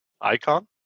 icon